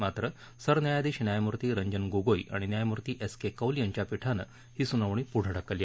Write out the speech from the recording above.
मात्र सरन्यायाधीश न्यायमूर्ती रंजन गोगोई आणि न्यायमूर्ती एस के कौल यांच्या पीठानं ही सुनावणी पुढे ढकलली